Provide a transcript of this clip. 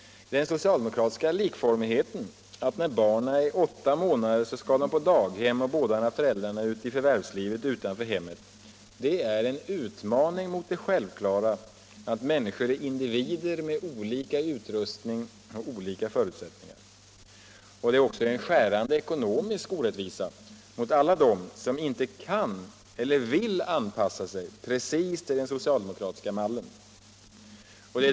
Den socialdemokratiska likformig heten — när barnen är åtta månader skall de på daghem och båda föräldrarna ut i förvärvslivet utanför hemmet — är en utmaning mot det självklara att människor är individer med olika utrustning och olika förutsättningar. Det är också en skärande ekonomisk orättvisa mot alla dem som inte kan eller vill anpassa sig precis till den socialdemokratiska mallen.